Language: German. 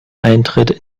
eintritt